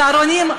וצהרונים,